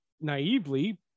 naively